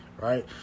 right